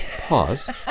Pause